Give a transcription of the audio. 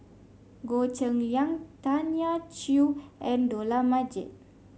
Goh Cheng Liang Tanya Chua and Dollah Majid